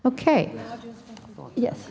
okay yes